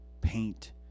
paint